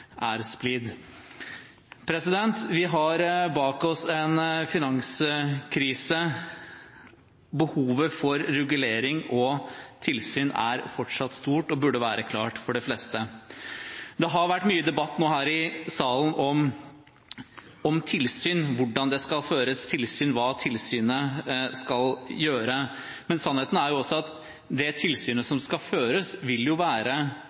er splid. Vi har bak oss en finanskrise. Behovet for regulering og tilsyn er fortsatt stort og burde være klart for de fleste. Det har vært mye debatt nå her i salen om tilsyn, hvordan det skal føres tilsyn, og hva tilsynet skal gjøre. Sannheten er at det tilsynet som skal føres, vil være